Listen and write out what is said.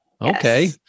Okay